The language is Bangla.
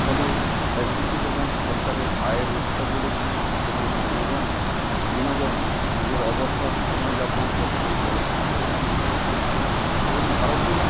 ফলে একদিকে যেমন সরকারের আয়ের উৎস বেড়েছে তেমন জনগণ বিনোদন নিজের অবসর সময় যাপন করছে এই চলচ্চিত্রের মাধ্যমে এবং ভারতের